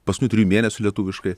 paskutinių trijų mėnesių lietuviškai